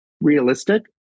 realistic